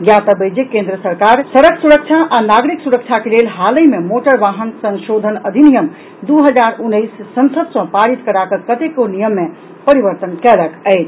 ज्ञातव्य अछि जे केंद्र सरकार सड़क सुरक्षा आ नागरिक सुरक्षा के लेल हालहिँ मे मोटर वाहन संशोधन अधिनियम दू हजार उन्नैस संसद सँ पारित करा कऽ कतेको नियम मे परिवर्तन कयलक अछि